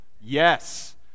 Yes